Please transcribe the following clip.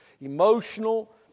emotional